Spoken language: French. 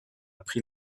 pris